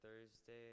Thursday